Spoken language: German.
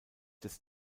des